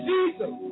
Jesus